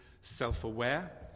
self-aware